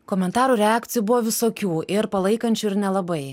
komentarų reakcijų buvo visokių ir palaikančių ir nelabai